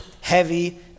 heavy